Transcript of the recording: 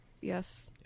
Yes